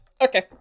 Okay